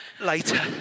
later